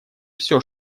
все